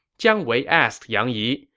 jiang wei asked yang yi,